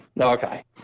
Okay